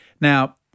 Now